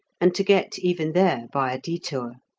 and to get even there by a detour.